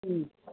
ꯎꯝ